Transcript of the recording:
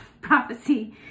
prophecy